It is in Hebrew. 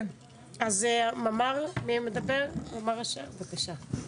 ממ"ר אשר, בבקשה.